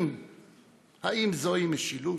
האם זוהי משילות?